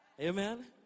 Amen